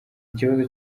ikibazo